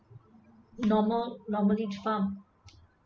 normal normal each farm